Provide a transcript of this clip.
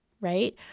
right